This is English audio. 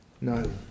No